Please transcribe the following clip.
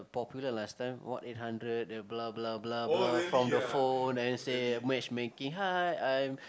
popular last time what eight hundred the blah blah blah blah from the phone and then say matchmaking hi I'm